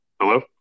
Hello